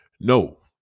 No